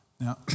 Now